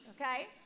okay